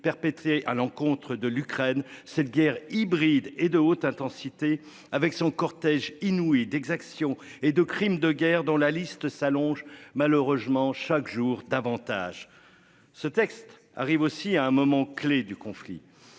perpétrés à l'encontre de l'Ukraine, cette guerre hybride et de haute intensité, avec son cortège inouïe d'exactions et de crimes de guerre dont la liste s'allonge malheureusement chaque jour davantage. Ce texte arrive aussi à un moment clé du conflit.